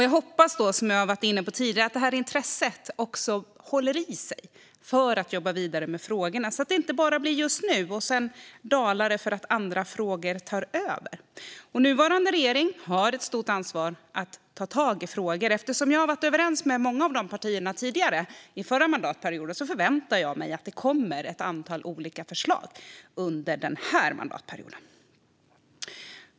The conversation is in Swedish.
Jag hoppas, som jag har varit inne på tidigare, att intresset för att jobba vidare med frågorna håller i sig, så att det inte bara blir just nu och att intresset sedan dalar för att andra frågor tar över. Nuvarande regering har ett stort ansvar att ta tag i dessa frågor. Och eftersom jag har varit överens med många av partierna i regeringen tidigare under förra mandatperioden förväntar jag mig att det kommer att antal olika förslag under denna mandatperiod.